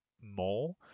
more